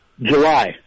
July